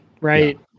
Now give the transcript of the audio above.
right